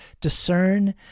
discern